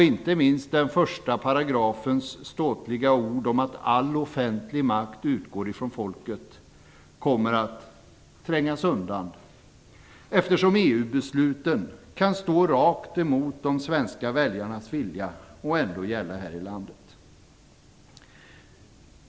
Inte minst första paragrafens ståtliga ord om att all offentlig makt utgår från folket kommer att trängas undan, eftersom EU-besluten kan stå rakt emot de svenska väljarnas vilja och ändå gälla här i landet.